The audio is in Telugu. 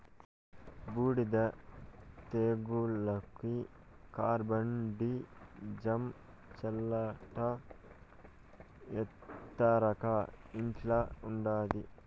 బూడిద తెగులుకి కార్బండిజమ్ చల్లాలట ఎత్తకరా ఇంట్ల ఉండాది